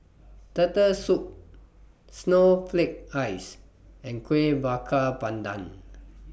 Turtle Soup Snowflake Ice and Kueh Bakar Pandan